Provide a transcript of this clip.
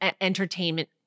entertainment